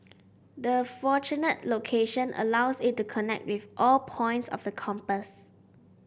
the fortunate location allows it to connect with all points of the compass